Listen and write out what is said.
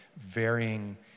varying